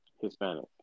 Hispanic